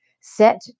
set